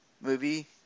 movie